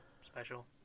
special